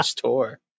tour